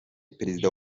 perezida